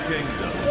Kingdom